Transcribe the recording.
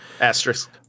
Asterisk